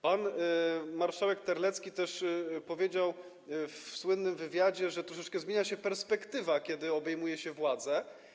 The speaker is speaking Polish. Pan marszałek Terlecki też powiedział w słynnym wywiadzie, że troszeczkę zmienia się perspektywa, kiedy obejmuje się władzę.